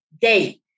day